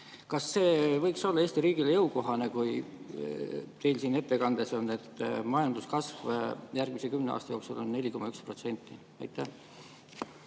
Kas see võiks olla Eesti riigile jõukohane? Teil siin ettekandes oli juttu sellest, et majanduskasv järgmise kümne aasta jooksul on 4,1%. Aitäh,